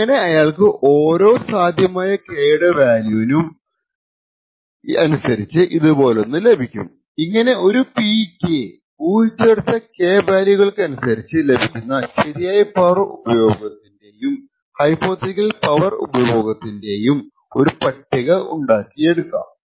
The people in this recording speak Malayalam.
അങ്ങനെ അയാൾക്കു ഓരോ സാധ്യമായ K യുടെ വാല്യൂനും ഇതുപോലൊന്ന് ലഭിക്കും ഇങ്ങനെ ഒരു P ക്ക് ഊഹിച്ചെടുത്ത K വാല്യൂകൾക്കനുസരിച് ലഭിക്കുന്ന ശരിയായ പവർ ഉപഭോഗത്തിൻറെയും ഹൈപോതെറ്റിക്കൽ പവർ ഉപഭോഗത്തിൻറെയുമായി ഒരു പട്ടിക ഉണ്ടാക്കിയെടുക്കാം